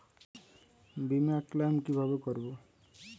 বিমা ক্লেম কিভাবে করব?